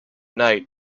night